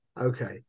Okay